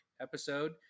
episode